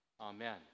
Amen